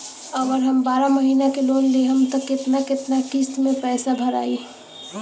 अगर हम बारह महिना के लोन लेहेम त केतना केतना किस्त मे पैसा भराई?